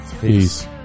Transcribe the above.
Peace